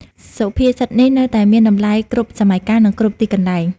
សុភាសិតនេះនៅតែមានតម្លៃគ្រប់សម័យកាល និងគ្រប់ទីកន្លែង។